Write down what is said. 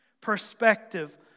perspective